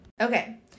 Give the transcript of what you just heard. Okay